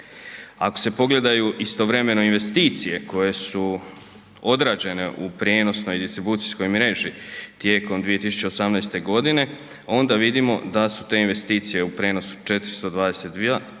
Ako se pogledaju istovremeno investicije koje su odrađene u prijenosnoj i distribucijskoj mreži tijekom 2018.g. onda vidimo da su te investicije u prenosu 422 milijuna